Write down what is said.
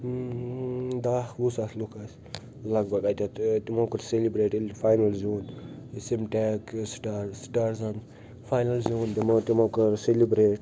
دَہ وُہ ساس لوٗکھ ٲسۍ لگ بھگ اتیٚتھ ٲں تِمو کوٚر سیٚلِبرٛیٹ ییٚلہِ فاینَل زیٛون سِمٹیک ٲں سٹارٕز سٹارزَن فاینَل زیٛون تِمو تِمو کوٚر سیٚلِبرٛیٹ